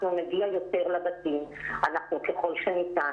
נגיע יותר לבתים ככל שניתן,